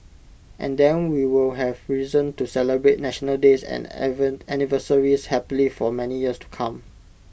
and then we'll have reason to celebrate national days and anniversaries happily for many years to come